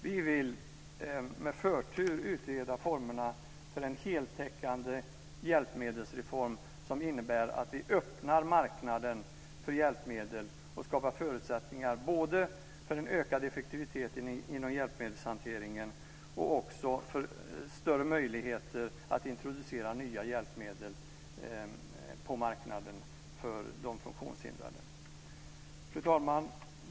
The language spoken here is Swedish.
Vi vill med förtur utreda formerna för en heltäckande hjälpmedelsreform som innebär att vi öppnar marknaden för hjälpmedel och skapar förutsättningar för en ökad effektivitet inom hjälpmedelshanteringen och större möjligheter att introducera nya hjälpmedel för de funktionshindrade på marknaden. Fru talman!